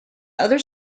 other